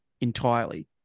entirely